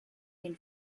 been